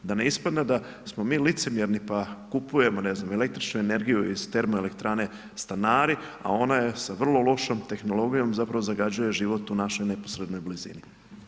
Da ne ispadne da smo mi licemjerni pa kupujemo ne znam, električnu energiju iz termoelektrane Stanari, a ona je sa vrlo lošom sa tehnologijom, zapravo zagađuje život u našoj neposrednoj blizini.